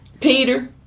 Peter